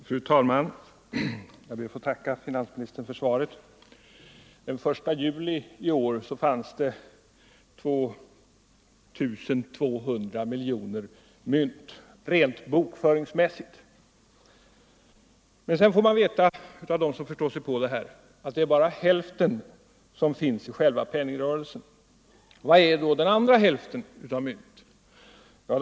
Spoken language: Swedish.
Fru talman! Jag ber att få tacka finansministern för svaret. Den 1 juli fanns det 2 200 miljoner mynt rent bokföringsmässigt. Men sedan får man veta av dem som förstår sig på det här, att det bara är hälften som finns i själva penningrörelsen. Var är då den andra hälften av mynten?